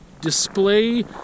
display